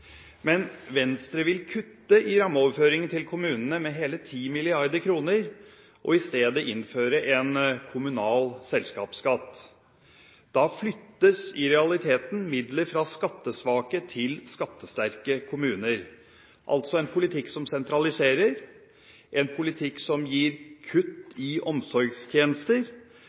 Men Venstre vil kutte i rammeoverføringene til kommunene med hele 10 mrd. kr og i stedet innføre en kommunal selskapsskatt. Da flyttes i realiteten midler fra skattesvake til skattesterke kommuner, altså en politikk som sentraliserer, en politikk som gir kutt i omsorgstjenester,